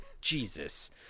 Jesus